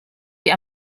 die